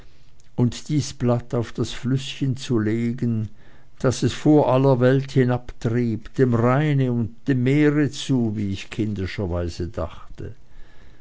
und dies blatt auf das flüßchen zu legen das es vor aller welt hinabtrieb dem rheine und dem meere zu wie ich kindischerweise dachte